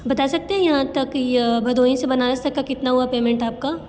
बता सकते हैं यहाँ तक या भदोही से बनारस तक का कितना हुआ पेमेंट आपका